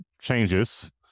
changes